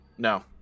No